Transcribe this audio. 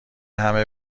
همه